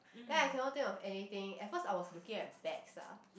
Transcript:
then I cannot think of anything at first I was looking at bags ah